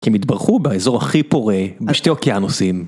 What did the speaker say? כי הם התברכו באזור הכי פורה, בשתי אוקיינוסים.